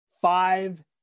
five